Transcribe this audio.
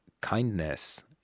kindness